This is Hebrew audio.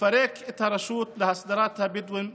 לפרק את הרשות להסדרת הבדואים בנגב.